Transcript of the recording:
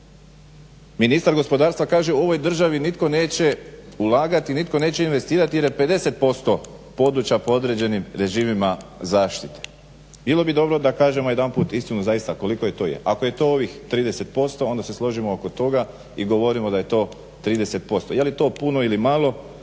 Ministar gospodarstva kaže u ovoj državi nitko neće ulagati, nitko neće investirati jer je 50% područja pod određenim režimima zaštite. Bilo bi dobro da kažemo jedanput istinu zaista koliko to je. ako je to ovih 30% onda se složimo oko toga i govorimo da je to 30%. Jeli to puno ili malo,